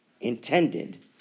intended